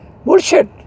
bullshit